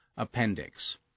Appendix